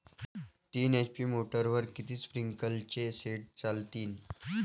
तीन एच.पी मोटरवर किती स्प्रिंकलरचे सेट चालतीन?